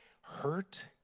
Hurt